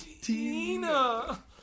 Tina